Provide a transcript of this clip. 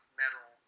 metal